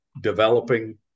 developing